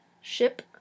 ship